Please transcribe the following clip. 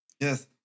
yes